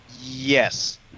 Yes